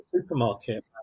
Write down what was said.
supermarket